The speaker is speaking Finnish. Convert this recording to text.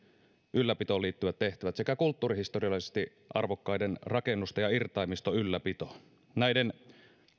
ylläpitoon liittyvät tehtävät sekä kulttuurihistoriallisesti arvokkaiden rakennusten ja irtaimiston ylläpito näiden